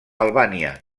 albània